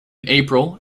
april